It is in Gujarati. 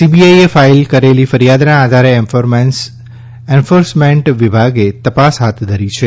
સીબીઆઈએ ફાઇલ કરેલી ફરિયાદના આધારે એન્ફોર્સમેન્ટ વિભાગે તપાસ હાથ ધરી છે